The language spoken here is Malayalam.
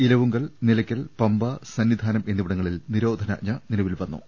ഇലവുങ്കൽ നിലയ്ക്കൽ പമ്പ സന്നിധാനം എന്നിവിടങ്ങളിൽ നിരോധനാജ്ഞ നിലവിൽ വന്നു